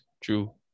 True